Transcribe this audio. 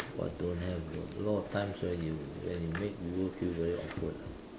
what don't have a lot of times ah you when you make people feel very awkward ah